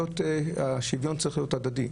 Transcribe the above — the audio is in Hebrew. והשוויון צריך להיות הדדי.